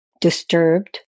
disturbed